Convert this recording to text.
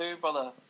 brother